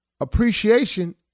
Appreciation